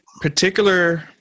particular